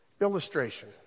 Illustration